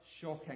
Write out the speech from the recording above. shocking